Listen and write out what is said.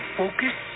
focus